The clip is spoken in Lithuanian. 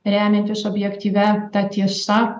remiantis objektyvia tiesa